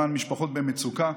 למען משפחות במצוקה.